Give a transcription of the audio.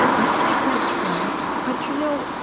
i think that's right. but, you know,